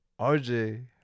RJ